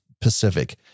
Pacific